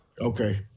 Okay